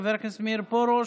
חבר הכנסת מאיר פרוש,